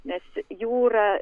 nes jūra